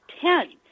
ten